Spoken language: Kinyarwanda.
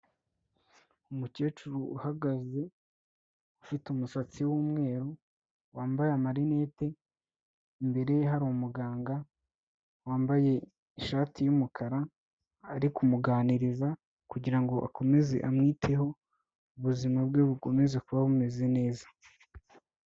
Umukecuru uhagaze afite umusatsi w'umweru, wambaye amarinete. Imbere hari umuganga wambaye ishati y'umukara ari kumuganiriza kugira ngo akomeze amwiteho ubuzima bwe bukomeze kuba bumeze neza.